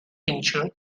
tincture